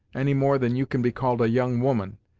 any more than you can be called a young woman,